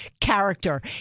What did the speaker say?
character